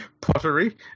pottery